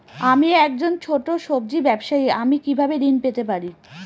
আমি একজন ছোট সব্জি ব্যবসায়ী আমি কিভাবে ঋণ পেতে পারি?